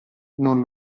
non